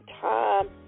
time